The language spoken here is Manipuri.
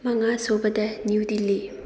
ꯃꯉꯥꯁꯨꯕꯗ ꯅꯤꯎ ꯗꯤꯜꯂꯤ